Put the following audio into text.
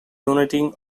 donating